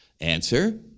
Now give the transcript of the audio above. Answer